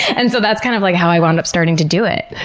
and so that's kind of like how i wound up starting to do it.